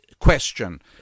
question